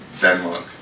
Denmark